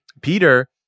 Peter